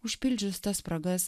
užpildžius tas spragas